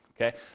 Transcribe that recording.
okay